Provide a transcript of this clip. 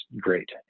great